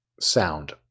sound